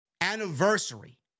anniversary